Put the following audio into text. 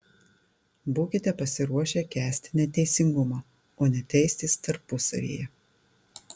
būkite pasiruošę kęsti neteisingumą o ne teistis tarpusavyje